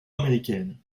américaine